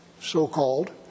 so-called